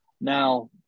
Now